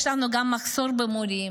יש לנו גם מחסור במורים,